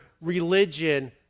religion